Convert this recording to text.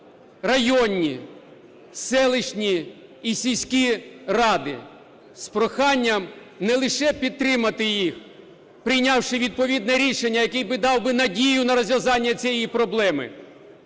районні, селищні і сільські ради з проханням не лише підтримати їх, прийнявши відповідне рішення, яке би дало надію на розв’язання цієї проблеми,